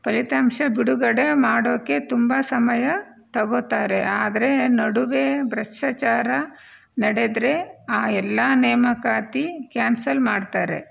ಫಲಿತಾಂಶ ಬಿಡುಗಡೆ ಮಾಡೋಕ್ಕೆ ತುಂಬಾ ಸಮಯ ತಗೋತಾರೆ ಆದರೆ ನಡುವೆ ಭ್ರಷ್ಟಾಚಾರ ನಡೆದ್ರೆ ಆ ಎಲ್ಲ ನೇಮಕಾತಿ ಕ್ಯಾನ್ಸಲ್ ಮಾಡ್ತಾರೆ